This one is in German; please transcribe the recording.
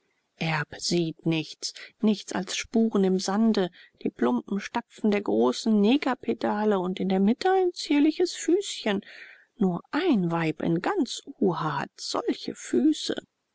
erb sieht nichts nichts als spuren im sande die plumpen stapfen der großen negerpedale und in der mitte ein zierliches füßchen nur ein weib in ganz uha hat solche füße